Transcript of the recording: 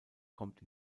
kommt